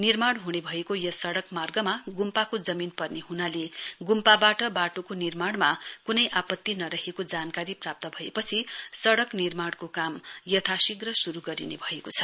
निर्माण हुने भएको यस सड़क मार्गमा गुम्पाको जमीन पर्ने हुनाले गुम्पावाट वाटोको निर्माणमा कुनै आपति नरहेको जानकारी प्राप्त भएपछि सड़क निर्माणको काम यथाशीघ्र श्रु गरिने भएको छ